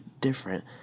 different